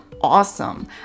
awesome